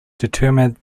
determine